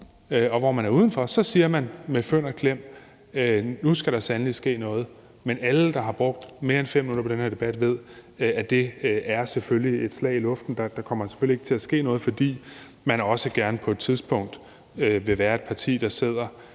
hvor man er udenfor, siger man med fynd og klem, at nu skal der sandelig ske noget. Men alle, der har brugt mere end 5 minutter på den her debat, ved, at det desværre er et slag i luften, og at der selvfølgelig ikke kommer til at ske noget, fordi man også gerne på et tidspunkt vil være et parti, der sidder